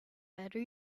better